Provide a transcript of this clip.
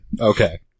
Okay